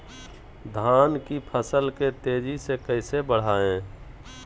धान की फसल के तेजी से कैसे बढ़ाएं?